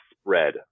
spread